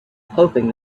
hoping